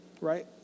right